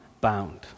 bound